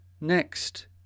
Next